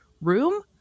room